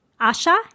Asha